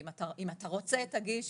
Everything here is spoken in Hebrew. ואם אתה רוצה אתה יכול להגיש,